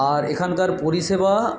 আর এখানকার পরিষেবা